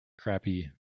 crappy